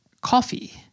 coffee